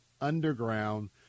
underground